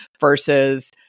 versus